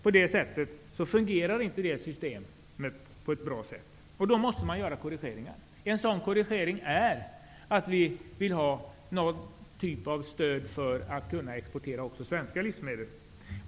Systemet fungerar alltså inte bra, utan korrigeringar måste göras. En sådan är att genomföra någon typ av stöd för exporten också av svenska livsmedel.